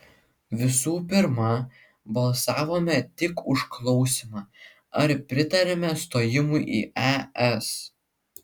visų pirma balsavome tik už klausimą ar pritariame stojimui į es